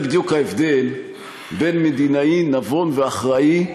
זה בדיוק ההבדל בין מדינאי נבון ואחראי,